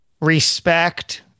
respect